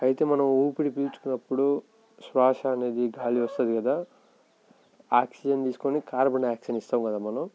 అయితే మనం ఊపిరి పీల్చుకున్నప్పుడు శ్వాస అనేది గాలి వస్తుంది కదా ఆక్సిజన్ తీసుకొని కార్బన్డయాక్సైడ్ని ఇస్తాము కదా మనం